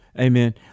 Amen